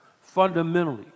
fundamentally